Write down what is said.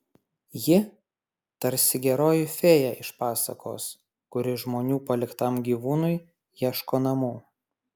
ji tarsi geroji fėja iš pasakos kuri žmonių paliktam gyvūnui ieško namų